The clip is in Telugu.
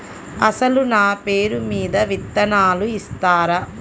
అసలు నా పేరు మీద విత్తనాలు ఇస్తారా?